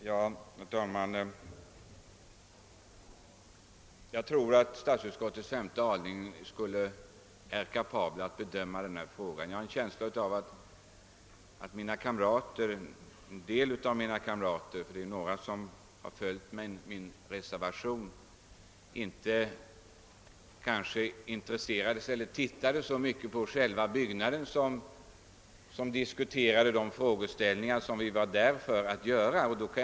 Herr talman! Jag tror visst att statsutskottets femte avdelning är kapabel att bedöma denna fråga. Jag har dock en känsla av att en del av mina kamrater — det är några som följt min reservation — inte tittade så mycket på själva byggnaden utan mera diskuterade de frågeställningar som vi var där för att studera.